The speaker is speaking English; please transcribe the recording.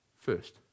first